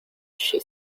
she